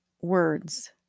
words